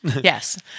yes